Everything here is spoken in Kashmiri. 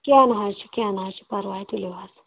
کینہہ نہ حظ چُھ کینہہ نہ حظ چھُ پرواے تُلیو حظ